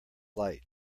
light